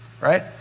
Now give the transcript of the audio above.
right